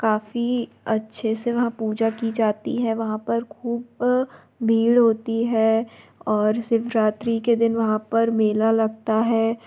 काफ़ी अच्छे से वहाँ पूजा की जाती है वहाँ पर ख़ूब भीड़ होती है और शिवरात्रि के दिन वहाँ पर मेला लगता है